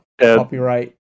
copyright